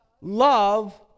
love